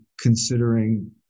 considering